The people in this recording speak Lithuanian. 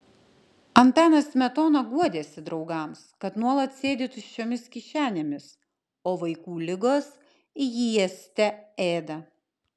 antanas smetona guodėsi draugams kad nuolat sėdi tuščiomis kišenėmis o vaikų ligos jį ėste ėda